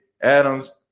Adams